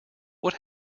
what